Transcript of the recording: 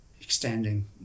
extending